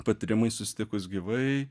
patyrimai susitikus gyvai